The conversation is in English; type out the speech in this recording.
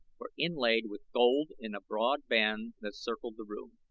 were inlaid with gold in a broad band that circled the room.